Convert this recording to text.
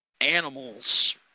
animals